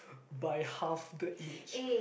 by half the age